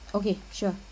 okay sure